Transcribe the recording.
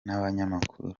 n’abanyamakuru